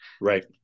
Right